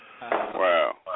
Wow